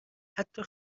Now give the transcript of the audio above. حتی